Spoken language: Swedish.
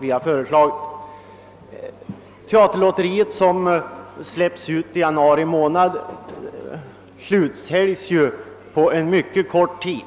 vi föreslagit. Teaterlotteriet, som släpps ut i januari månad, slutsäljs på mycket kort tid.